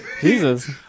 Jesus